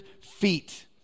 feet